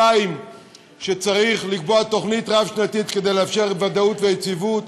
2. צריך לקבוע תוכנית רב-שנתית כדי לאפשר ודאות ויציבות,